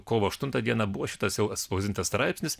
kovo aštuntą dieną buvo šitas jau atspausdintas straipsnis